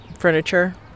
furniture